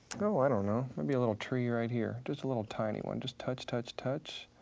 oh i don't know, maybe a little tree right here. just a little tiny one, just touch, touch, touch.